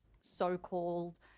so-called